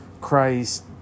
Christ